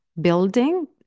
building